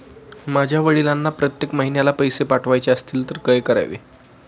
माझ्या वडिलांना प्रत्येक महिन्याला पैसे पाठवायचे असतील तर काय करावे?